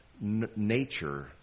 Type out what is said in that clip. nature